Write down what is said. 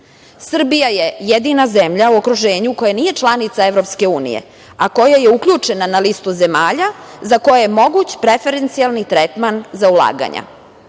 10%.Srbija je jedina zemlja u okruženju koja nije članica EU, a koja je uključena na listu zemalja za koje je moguć preferencijalni tretman za ulaganja.